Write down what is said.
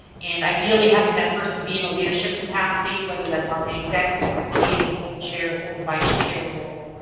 and ideally having that person be in a leadership capacity, whether that's on the executive committee in the board chair or vice chair role,